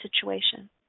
situation